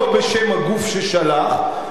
לא בשם הגוף ששלח,